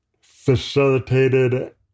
facilitated